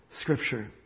Scripture